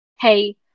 Hey